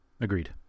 Agreed